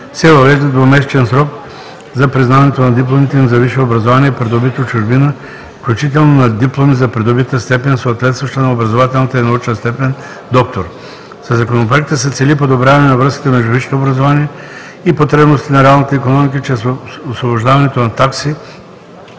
се въвежда двумесечен срок за признаването на дипломите им за висше образование, придобито в чужбина, включително на дипломи за придобита степен, съответстваща на образователната и научна степен „доктор“. Със Законопроекта се цели подобряване на връзката между висшето образование и потребностите на реалната икономика чрез освобождаването от такси